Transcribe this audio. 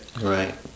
Right